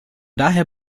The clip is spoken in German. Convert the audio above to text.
daher